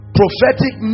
prophetic